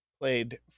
played